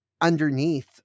underneath